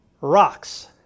rocks